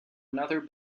another